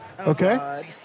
Okay